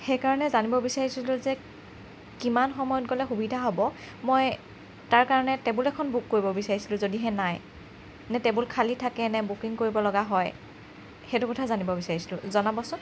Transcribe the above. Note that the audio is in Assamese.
সেইকাৰণে জানিব বিচাৰিছিলোঁ যে কিমান সময়ত গ'লে সুবিধা হ'ব মই তাৰ কাৰণে টেবুল এখন বুক কৰিব বিচাৰিছিলোঁ যদিহে নাই নে টেবুল খালী থাকে নে বুকিং কৰিব লগা হয় সেইটো কথা জানিব বিচাৰিছিলোঁ জনাবচোন